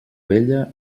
vella